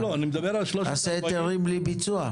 נעשה היתרים בלי ביצוע.